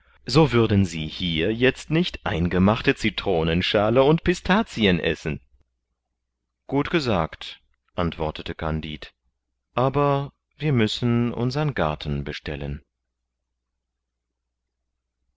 so würden sie hier jetzt nicht eingemachte citronenschale und pistazien essen gut gesagt antwortete kandid aber wir müssen unsern garten bestellen